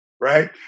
right